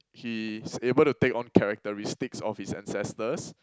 he's able to take on characteristics of his ancestors